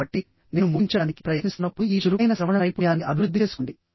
కాబట్టి నేను ముగించడానికి ప్రయత్నిస్తున్నప్పుడు ఈ చురుకైన శ్రవణ నైపుణ్యాన్ని అభివృద్ధి చేసుకోండి